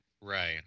Right